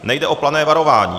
Nejde o plané varování.